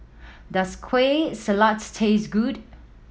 does Kueh Salat taste good